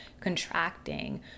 contracting